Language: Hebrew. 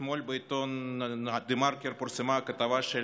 אתמול בעיתון דה-מרקר פורסמה כתבה של